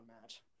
match